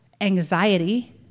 anxiety